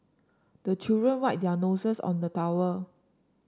the children wipe their noses on the towel